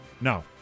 No